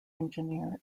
engineer